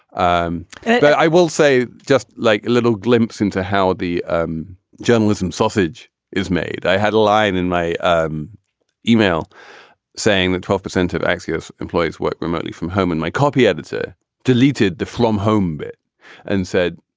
um i will say just like a little glimpse into how the um journalism sausage is made. i had a line in my um email saying that twelve percent of axios employees work remotely from home and my copy editor deleted the flom homebuilt and said,